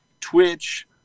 Twitch